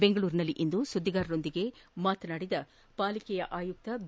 ಬೆಂಗಳೂರಿನಲ್ಲಿಂದು ಸುದ್ದಿಗಾರರಿಗೆ ವಿವರ ನೀಡಿದ ಪಾಲಿಕೆ ಆಯುಕ್ತ ಬಿ